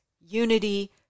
unity